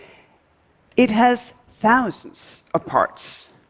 it has thousands of parts,